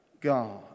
God